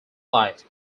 life